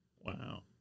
Wow